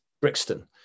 Brixton